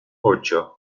ocho